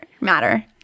matter